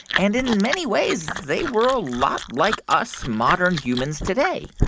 and in many ways, they were a lot like us modern humans today